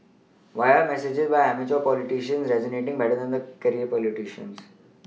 why are the messages by amateur politicians resonating better than the career politicians